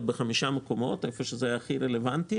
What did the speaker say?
בחמישה מקומות בהם זה היה הכי רלוונטי.